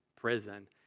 prison